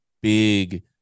big